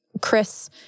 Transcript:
Chris